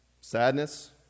Sadness